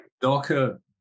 Docker